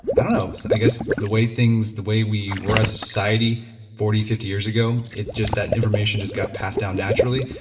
i don't know i guess the way things, the way we were as a society forty, fifty years ago. it just that, information just got passed down naturally,